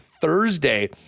Thursday